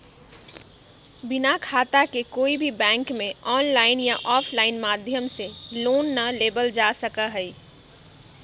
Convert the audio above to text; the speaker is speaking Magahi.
बिना खाता के कोई भी बैंक में आनलाइन या आफलाइन माध्यम से लोन ना लेबल जा सका हई